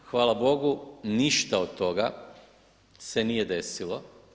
Hvala Bogu ništa od toga se nije desilo.